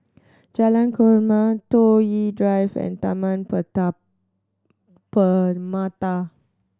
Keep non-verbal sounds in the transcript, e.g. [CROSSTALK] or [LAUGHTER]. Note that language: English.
Jalan Korma Toh Yi Drive and Taman [UNINTELLIGIBLE] Permata